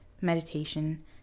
meditation